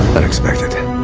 unexpected.